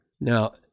Now